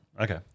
Okay